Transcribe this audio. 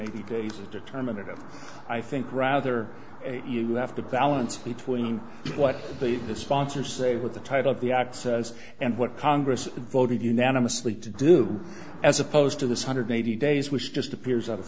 eighty days is determinative i think rather you have to balance between what the sponsors say what the title of the act says and what congress voted unanimously to do as opposed to this hundred eighty days which just appears out of